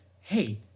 hey